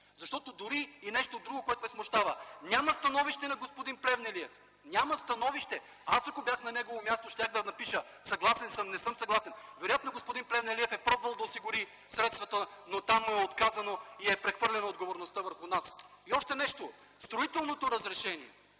с мен. Дори и нещо друго, което ме смущава – няма становище на господин Плевнелиев, няма становище! Аз, ако бях на негово място, щях да напиша: съгласен съм – не съм съгласен. Вероятно господин Плевнелиев е пробвал да осигури средствата, но там му е отказано и е прехвърлена отговорността върху нас. И още нещо – строителното разрешение,